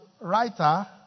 writer